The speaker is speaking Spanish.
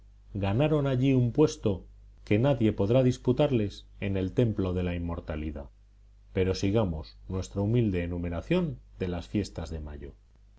ganaron allí un puesto que nadie podrá disputarles en el templo de la inmortalidad pero sigamos nuestra humilde enumeración de las fiestas de mayo